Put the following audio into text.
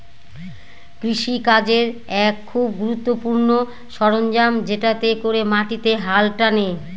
কৃষি কাজের এক খুব গুরুত্বপূর্ণ সরঞ্জাম যেটাতে করে মাটিতে হাল টানে